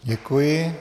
Děkuji.